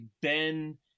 Ben